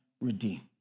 redeem